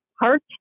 heart